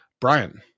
Brian